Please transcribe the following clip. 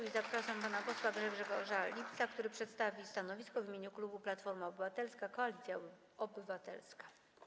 I zapraszam pana posła Grzegorza Lipca, który przedstawi stanowisko w imieniu klubu Platforma Obywatelska - Koalicja Obywatelska.